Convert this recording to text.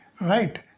right